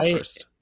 first